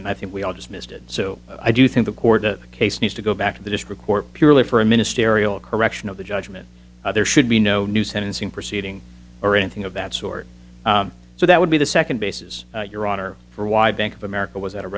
and i think we all just missed it so i do think the court case needs to go back to the district court purely for a ministerial correction of the judgment there should be no new sentencing proceeding or anything of that sort so that would be the second basis your honor for why bank of america was at a